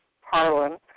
Harlan